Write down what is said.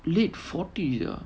late forties ah